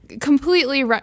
completely